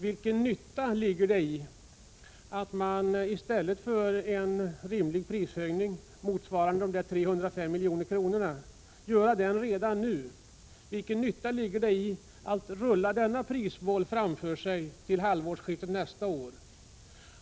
Vilken nytta ligger i att man i stället för att redan nu få en rimlig prishöjning, motsvarande de 305 miljoner kronorna, rullar denna prisboll framför sig till halvårsskiftet nästa år?